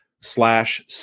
slash